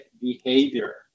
behavior